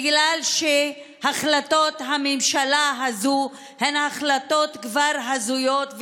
בגלל שהחלטות הממשלה הזאת הן כבר החלטות הזויות,